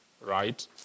right